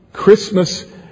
Christmas